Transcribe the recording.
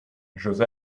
j’ose